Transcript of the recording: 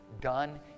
done